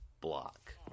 block